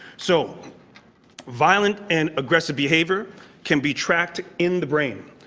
so violence and aggressive behavior can be tracked in the brain.